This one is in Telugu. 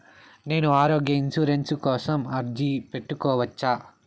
నేను ఆరోగ్య ఇన్సూరెన్సు కోసం అర్జీ పెట్టుకోవచ్చా?